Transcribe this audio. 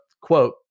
quote